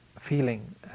feeling